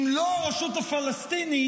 אם לא הרשות הפלסטינית,